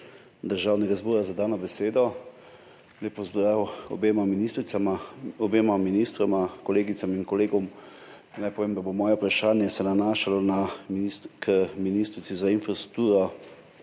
Državnega zbora, za dano besedo. Lep pozdrav obema ministricama, obema ministroma, kolegicam in kolegom! Naj povem, da se bo moje vprašanje nanašalo na ministrico za infrastrukturo